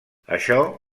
això